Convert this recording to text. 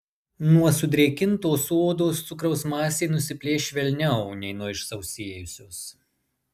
nuo sudrėkintos odos cukraus masė nusiplėš švelniau nei nuo išsausėjusios